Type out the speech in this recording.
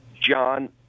John